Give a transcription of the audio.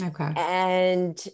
Okay